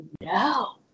No